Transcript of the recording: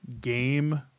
game